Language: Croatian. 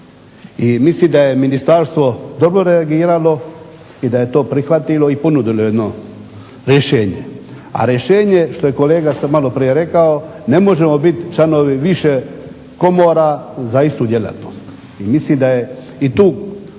I mislim da je ministarstvo dobro reagiralo i da je to prihvatilo i da je ponudilo jedno rješenje. A rješenje što je kolega sad malo prije rekao ne možemo bit članovi više komora za istu djelatnost. Mislim da je i tu